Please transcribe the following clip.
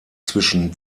zwischen